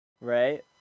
Right